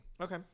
Okay